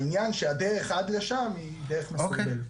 העניין הוא שהדרך עד לשם היא דרך מסורבלת.